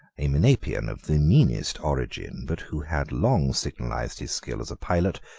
a menapian of the meanest origin, but who had long signalized his skill as a pilot,